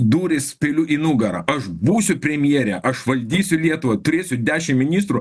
dūris peiliu į nugarą aš būsiu premjerė aš valdysiu lietuvą turėsiu dešimt ministrų